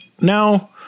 now